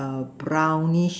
brownish